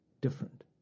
different